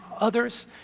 others